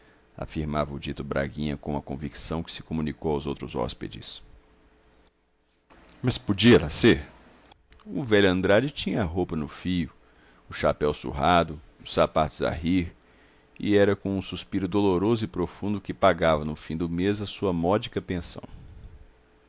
afirmava o dito braguinha com uma convicção que se comunicou aos outros hóspedes mas podia lá ser o velho andrade tinha a roupa no fio o chapéu surrado os sapatos a rir e era com um suspiro doloroso e profundo que pagava no fim do mês a sua módica pensão